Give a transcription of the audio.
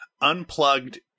unplugged